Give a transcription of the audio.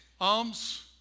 Alms